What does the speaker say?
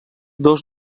dos